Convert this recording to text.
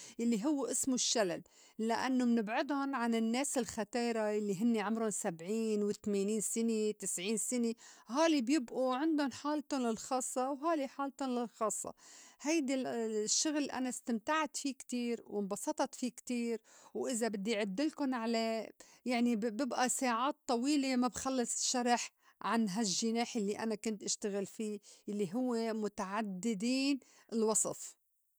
الّي هوّ إسمو الشّلل لإنّو منبْعِدُن عن النّاس الختايرة يلّي هنّي عُمرن سبعين، وتمانين سِنة، تسعين سِنة، هولي بيبئو عندُن حالْتُن الخاصّة وهولي حالْتُن خاصّة. هيدا الشّغل أنا استمتعت في كتير وانبسطت في كتير وإذا بدّي عدّلكن عليه يعني بب- ببئى ساعات طويلة ما بخلّص شرح عن هالجّناح يلّي أنا كنت إشتغل في الّي هوّ متعدّدي الوصف.